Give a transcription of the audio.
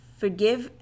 forgive